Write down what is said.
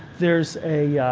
there's a